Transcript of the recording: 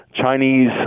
Chinese